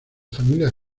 familia